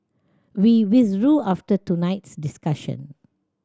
we withdrew after tonight's discussion